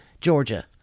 Georgia